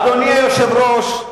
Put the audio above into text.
אדוני היושב-ראש,